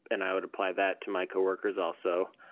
and i would apply that to my coworkers also.